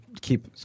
keep –